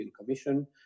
Commission